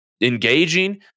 engaging